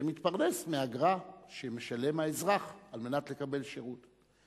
שמתפרנס מאגרה שמשלם האזרח על מנת לקבל שירות.